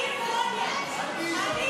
אני, שבגיל 13 וחצי יצאתי לעבוד?